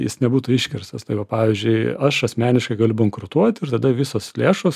jis nebūtų iškirstas tai va pavyzdžiui aš asmeniškai galiu bankrutuot ir tada visos lėšos